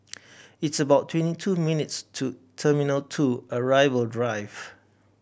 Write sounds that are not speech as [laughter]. it's about twenty two minutes' to [unintelligible] Two Arrival Drive